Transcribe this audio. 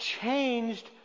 changed